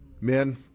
Men